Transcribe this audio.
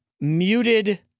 Muted